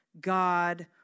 God